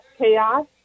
chaos